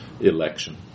election